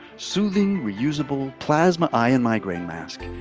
soothing, reusable plasma eye and migraine mask.